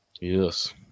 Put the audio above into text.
yes